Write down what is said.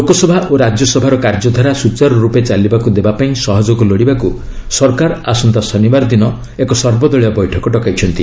ଲୋକସଭା ଓ ରାଜ୍ୟସଭାର କାର୍ଯ୍ୟଧାରା ସୂଚାରୁ ରୂପେ ଚାଲିବାକୁ ଦେବାପାଇଁ ସହଯୋଗ ଲୋଡ଼ିବାକୁ ସରକାର ଆସନ୍ତା ଶନିବାର ଦିନ ଏକ ସର୍ବଦଳୀୟ ବୈଠକ ଡକାଇଛନ୍ତି